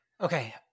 okay